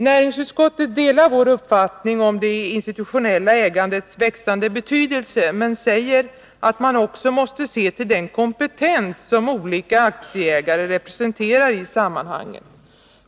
Näringsutskottet delar vår uppfattning om det institutionella ägandets växande betydelse, men säger att man också måste se till den kompetens som olika aktieägare representerar i sammanhanget.